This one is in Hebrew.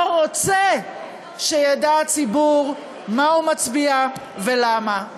לא רוצה שידע הציבור מה הוא מצביע ולמה,